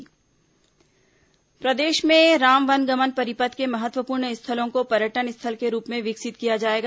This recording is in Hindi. राम वनगमन भूमिपूजन प्रदेश में राम वनगमन परिपथ के महत्वपूर्ण स्थलों को पर्यटन स्थल के रूप में विकसित किया जाएगा